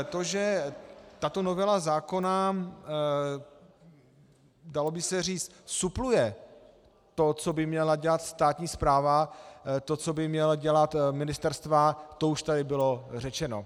To, že tato novela zákona, dalo by se říct, supluje to, co by měla dělat státní správa, to, co by měla dělat ministerstva, to už tady bylo řečeno.